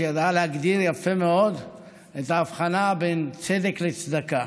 שידעה להגדיר יפה מאוד את ההבחנה בין צדק לצדקה.